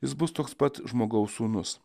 jis bus toks pat žmogaus sūnus